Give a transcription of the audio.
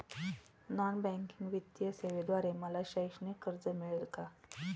Non banking वित्तीय सेवेद्वारे मला शैक्षणिक कर्ज मिळेल का?